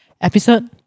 episode